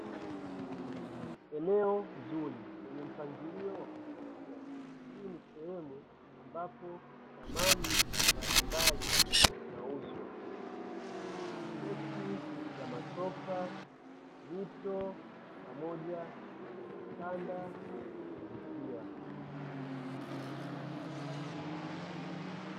Duka zuri yenye mpangilio wa kuvutia, hii ni sehemu ambapo samani mbalimbali na huuzwa, kama vile mito pamoja na vitanda na masofa ya kuvutia.